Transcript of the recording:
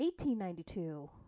1892